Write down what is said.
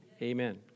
Amen